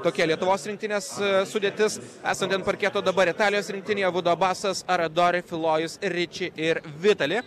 tokia lietuvos rinktinės sudėtis esanti ant parketo dabar italijos rinktinėje abudu abasas aradori filojus riči ir vitali